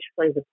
plays